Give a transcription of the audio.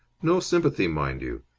no sympathy, mind you!